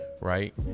right